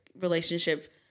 relationship